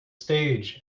stage